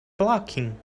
blocking